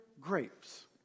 grapes